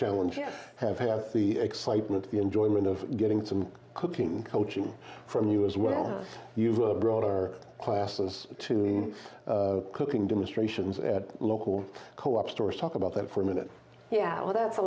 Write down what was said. challenge you have had the excitement the enjoyment of getting some cooking coaching from you as well you have brought our classes to cooking demonstrations at local co op stores talk about that for a minute yeah well that's a